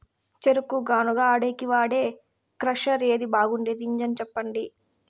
చెరుకు గానుగ ఆడేకి వాడే క్రషర్ ఏది బాగుండేది ఇంజను చెప్పండి?